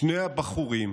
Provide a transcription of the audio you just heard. שני הבחורים